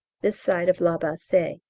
this side of la bassee.